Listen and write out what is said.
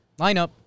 Lineup